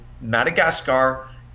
Madagascar